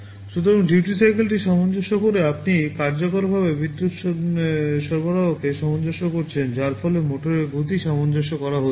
সুতরাং duty cycle CYCLE টি সামঞ্জস্য করে আপনি কার্যকরভাবে বিদ্যুৎ সরবরাহকে সামঞ্জস্য করছেন যার ফলে মোটরের গতি সামঞ্জস্য করা হচ্ছে